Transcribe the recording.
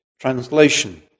translation